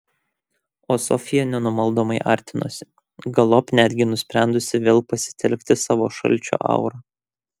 o sofija nenumaldomai artinosi galop netgi nusprendusi vėl pasitelkti savo šalčio aurą